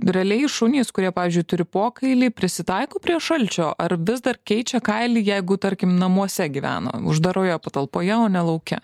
realiai šunys kurie pavyzdžiui turi pokailį prisitaiko prie šalčio ar vis dar keičia kailį jeigu tarkim namuose gyvena uždaroje patalpoje o ne lauke